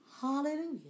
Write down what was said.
Hallelujah